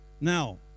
Now